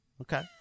Okay